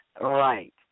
Right